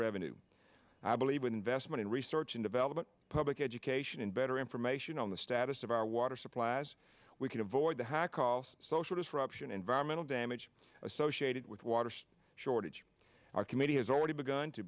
revenue i believe investment in research and development public education and better information on the status of our water supplies we can avoid the high cost social disruption environmental damage associated with water shortage our committee has already be